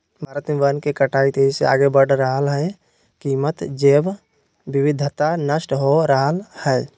भारत में वन के कटाई तेजी से आगे बढ़ रहल हई, कीमती जैव विविधता नष्ट हो रहल हई